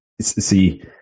see